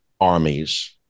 armies